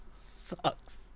Sucks